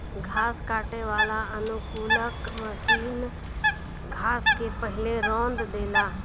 घास काटे वाला अनुकूलक मशीन घास के पहिले रौंद देला